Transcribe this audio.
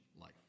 life